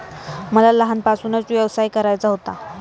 मला लहानपणापासूनच व्यवसाय करायचा होता